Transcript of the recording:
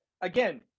Again